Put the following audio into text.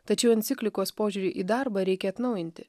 tačiau enciklikos požiūrį į darbą reikia atnaujinti